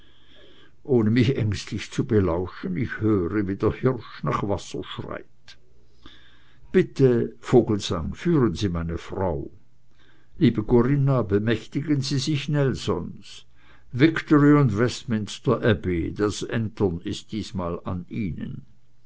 ohne mich ängstlich zu belauschen ich höre wie der hirsch nach wasser schreit bitte vogelsang führen sie meine frau liebe corinna bemächtigen sie sich nelsons victory and westminster abbey das entern ist diesmal an ihnen